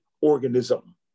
organism